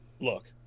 look